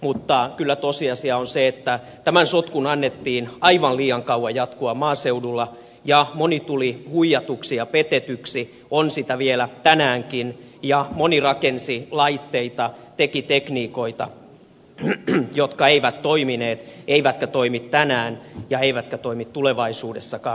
mutta kyllä tosiasia on se että tämän sotkun annettiin aivan liian kauan jatkua maaseudulla ja moni tuli huijatuksi ja petetyksi on sitä vielä tänäänkin ja moni rakensi laitteita teki tekniikoita jotka eivät toimineet eivätkä toimi tänään eivätkä toimi tulevaisuudessakaan